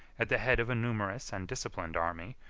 at the head of a numerous and disciplined army,